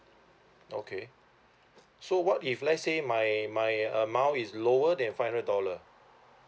okay so what if let's say my my amount is lower than five hundred dollar